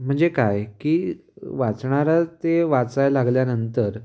म्हणजे काय की वाचणारा ते वाचाय लागल्यानंतर